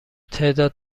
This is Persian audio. تعداد